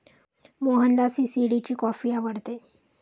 मोहनला सी.सी.डी ची कॉफी आवडते